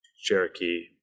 Cherokee